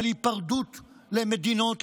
על היפרדות למדינות,